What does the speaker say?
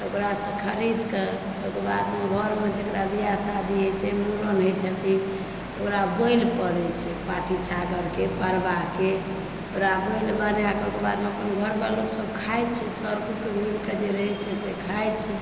तऽ खरीद कऽ ओकरा बादमे घरमे जकरा विवाह शादी होइ छै मुण्डन होइ छथिन तऽ ओकरा बलि पड़ैत छै पाठी छागरके परबाके ओकरा मीट बनाए कऽ ओकर बादमे घरपर लोकसभ खाइत छै सर कुटुम्ब मिलि कऽ जे रहै छै से खाइत छै